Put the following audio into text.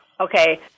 Okay